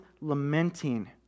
lamenting